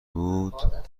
بود